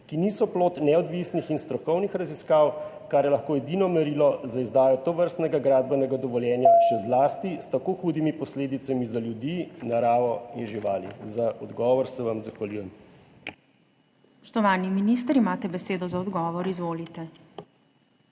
ki niso plod neodvisnih in strokovnih raziskav, kar je lahko edino merilo za izdajo tovrstnega gradbenega dovoljenja, še zlasti s tako hudimi posledicami za ljudi, naravo in živali? Za odgovor se vam zahvaljujem. **PREDSEDNICA MAG. URŠKA KLAKOČAR